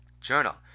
Journal